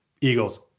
Eagles